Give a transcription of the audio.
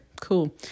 cool